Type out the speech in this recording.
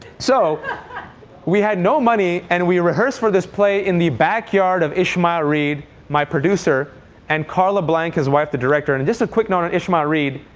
so we had no money and we rehearsed for this play in the backyard of ishmael reed my producer and carla blank, his wife, the director. and just a quick note on ishmael reed.